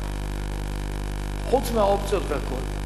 אופציות חוץ מהאופציות והכול.